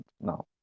now